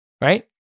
right